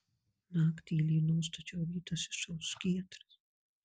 naktį lynos tačiau rytas išauš giedras